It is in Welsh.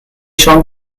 siôn